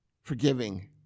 forgiving